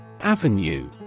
Avenue